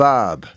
Bob